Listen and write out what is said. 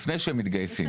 לפני שהם מתגייסים.